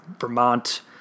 Vermont